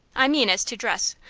i mean as to dress.